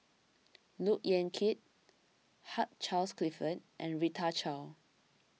Look Yan Kit Hugh Charles Clifford and Rita Chao